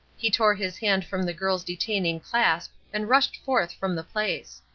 he tore his hand from the girl's detaining clasp and rushed forth from the place.